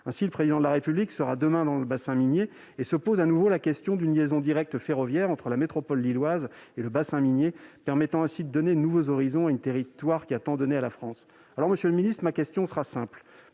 ainsi le président de la République sera demain dans le bassin minier et se pose à nouveau la question d'une liaison directe ferroviaire entre la métropole lilloise et le bassin minier, permettant ainsi donner de nouveaux horizons un territoire qui a tant donné à la France, alors Monsieur le ministre ma question sera simple